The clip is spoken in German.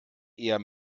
eher